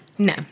No